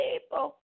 people